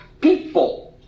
people